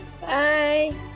Bye